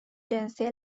جنسی